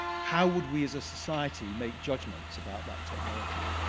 how would we, as a society, make judgments about that technology?